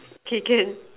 okay can